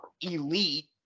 elite